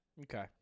Okay